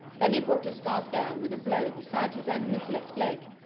then he brought his staff down with a blow beside his enemy's left leg,